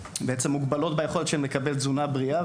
מוגבלות ביכולת שלהן לקבל תזונה בריאה,